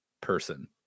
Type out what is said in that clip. person